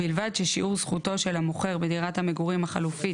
ובלבד ששיעור זכותו של המוכר בדירת המגורים החלופית